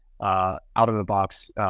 out-of-the-box